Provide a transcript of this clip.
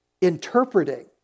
interpreting